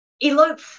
elope